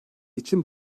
için